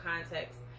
context